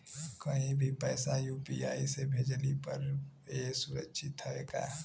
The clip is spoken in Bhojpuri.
कहि भी पैसा यू.पी.आई से भेजली पर ए सुरक्षित हवे का?